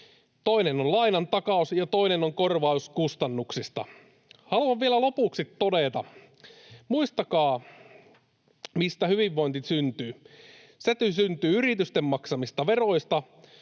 Toinen on lainan takaus, ja toinen on korvaus kustannuksista. Haluan vielä lopuksi todeta: Muistakaa, mistä hyvinvointi syntyy. Se syntyy yritysten maksamista veroista,